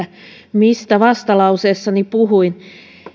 mistä vastalauseessani puhuin